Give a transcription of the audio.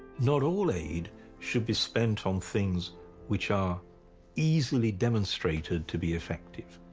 not all aid should be spent on things which are easily demonstrated to be effective,